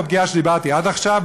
הפגיעה שדיברתי עליה עד עכשיו,